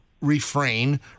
refrain